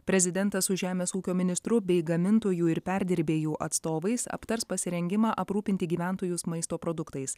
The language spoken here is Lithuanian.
prezidentas su žemės ūkio ministru bei gamintojų ir perdirbėjų atstovais aptars pasirengimą aprūpinti gyventojus maisto produktais